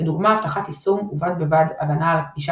לדוגמה אבטחת יישום ובד בבד הגנה על גישה